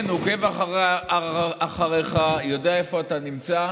כן, הוא עוקב אחריך, יודע איפה אתה נמצא,